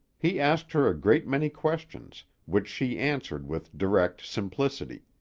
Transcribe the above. he asked her a great many questions, which she answered with direct simplicity.